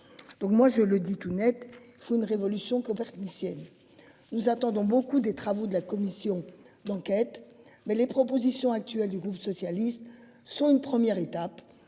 Donc moi je le dis tout Net, c'est une révolution copernicienne. Nous attendons beaucoup des travaux de la commission d'enquête mais les propositions actuelles du groupe socialiste sont une première étape